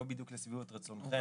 לא בדיוק לשביעות רצונכם.